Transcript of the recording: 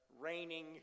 raining